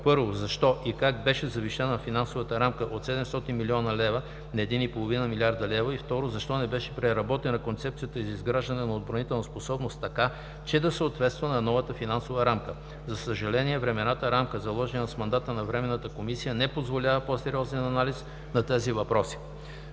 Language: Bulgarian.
1. Защо и как беше завишена финансовата рамка от 700 млн. лв. на 1,5 млрд. лв.? 2. Защо не беше преработена Концепцията за изграждане на отбранителна способност така, че да съответства на новата финансова рамка? За съжаление, времевата рамка, заложена с мандата на Временната комисия, не позволява по-сериозен анализ на тези въпроси.